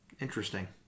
Interesting